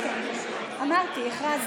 כן, אמרתי, הכרזתי.